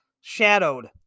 shadowed